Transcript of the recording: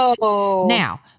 Now